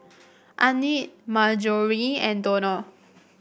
Annette Marjorie and Donald